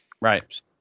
Right